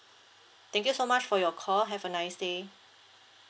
thank you so much for your call have a nice day